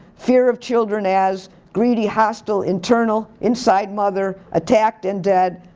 fear of children as, greedy hostile internal, inside mother, attacked and dead,